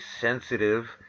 sensitive